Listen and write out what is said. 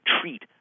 treat